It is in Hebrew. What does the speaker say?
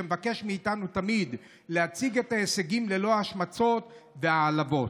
שמבקש מאיתנו תמיד להציג את ההישגים ללא השמצות והעלבות.